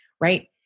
right